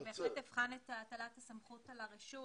אני בהחלט אבחן את הטלת הסמכות על הרשות.